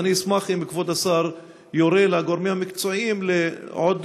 אז אני אשמח אם כבוד השר יורה לגורמים המקצועיים עוד